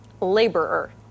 laborer